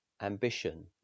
ambition